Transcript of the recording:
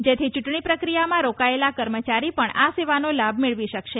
જેથી ચૂંટણી પ્રક્રિયામાં રોકાયેલા કર્મચારી પણ આ સેવાનો લાભ મેળવી શકશે